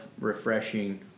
refreshing